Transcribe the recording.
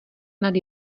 nad